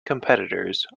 competitors